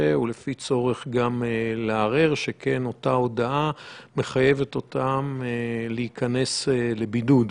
ובמידת הצורך לערער על אותה הודעה שמחייבת אותם להיכנס לבידוד.